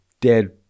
dead